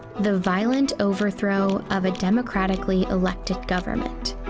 the violent overthrow of a democratically elected government.